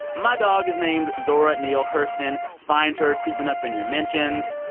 my dog is named zora neale hurston. find her creeping up in your mentions.